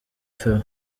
favor